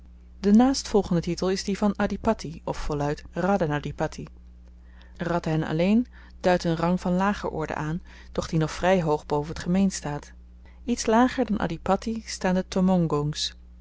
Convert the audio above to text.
de naastvolgende titel is die van adhipatti of voluit radhen adhipatti radhen alleen duidt n rang van lager orde aan doch die nog vry hoog boven t gemeen staat iets lager dan adhipatti staan